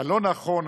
הלא-נכון,